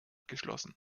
geschlossen